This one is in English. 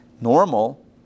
normal